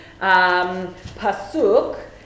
Pasuk